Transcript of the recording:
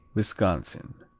wisconsin.